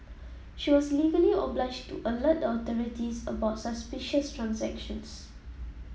she was legally obliged to alert the authorities about suspicious transactions